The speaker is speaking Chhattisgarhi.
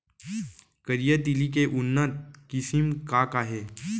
करिया तिलि के उन्नत किसिम का का हे?